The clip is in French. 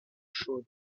chaude